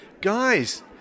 guys